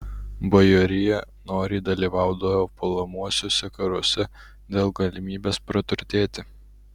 bajorija noriai dalyvaudavo puolamuosiuose karuose dėl galimybės praturtėti